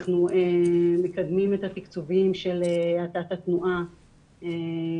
אנחנו מקדמים את התקצוב של האטת התנועה ברשויות.